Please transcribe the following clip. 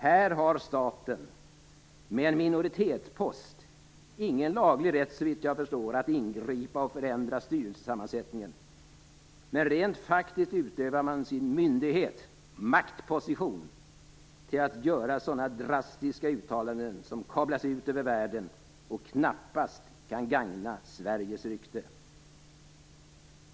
Här har staten, med en minoritetspost, såvitt jag förstår ingen laglig rätt att ingripa och förändra styrelsesammansättningen, men rent faktiskt utövar man sin myndighet och maktposition till att göra sådana drastiska uttalande som kablas ut över världen och knappast kan gagna Sveriges rykte.